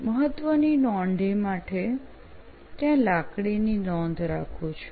મહત્વની નોંધો માટે ત્યાં લાકડીની નોંધ રાખું છું